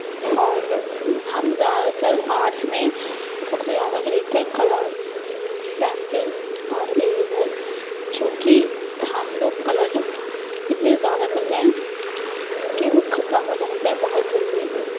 اور ہم زیادہ تر آرٹس میں سب سے زیادہ خریدتے ہیں کلرس پینسل اور اریزر کیونکہ ہم لوگ کلر اتنے زیادہ کرتے ہیں کہ وہ ختم ہو جاتے ہیں بہت جلدی